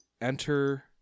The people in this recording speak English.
enter